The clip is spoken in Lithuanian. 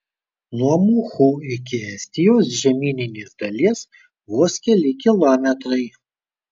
nuo muhu iki estijos žemyninės dalies vos keli kilometrai